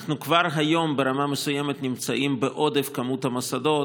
אנחנו כבר היום ברמה מסוימת נמצאים בעודף במספר המוסדות,